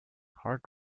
heart